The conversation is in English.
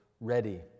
ready